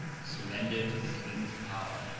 surrendered to the king's power.